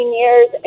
years